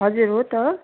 हजुर हो त